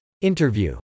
Interview